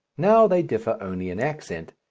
now they differ only in accent,